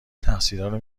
تقصیرارو